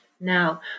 Now